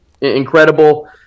incredible